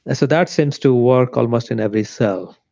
and so that seems to work almost in every cell.